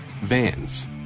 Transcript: vans